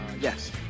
Yes